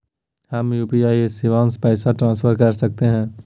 हम यू.पी.आई शिवांश पैसा ट्रांसफर कर सकते हैं?